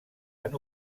han